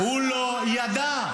הוא לא ידע.